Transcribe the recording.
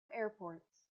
airports